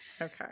Okay